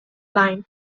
line